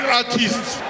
artists